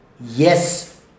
Yes